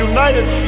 United